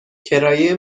کرایه